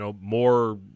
more